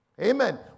Amen